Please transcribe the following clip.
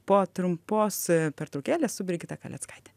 po trumpos pertraukėlės su brigita kaleckaite